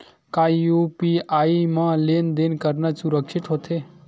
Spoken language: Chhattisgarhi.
का यू.पी.आई म लेन देन करना सुरक्षित होथे?